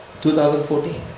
2014